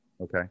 okay